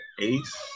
Ace